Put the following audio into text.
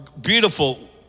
beautiful